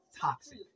toxic